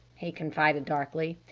he confided darkly.